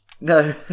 No